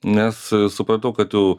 nes supratau kad tų